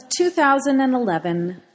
2011